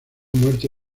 muerte